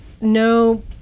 no